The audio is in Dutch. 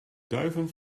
duiven